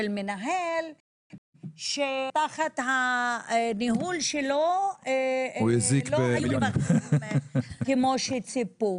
מנהל שתחת הניהול שלו לא היו רווחים כמו שציפו,